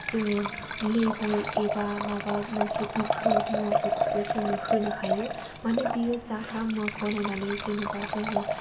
जोङो लेबु एबा माबा मोनसे गोखै मुवाफोरखौबो जोङो होनो हायो माने बेयो जाग्रा मुवाखौ नायनानै जेनेबा जोङो